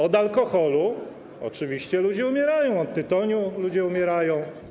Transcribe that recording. Od alkoholu, oczywiście, ludzie umierają, od tytoniu ludzie umierają.